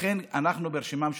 לכן אנחנו, ברשימה המשותפת,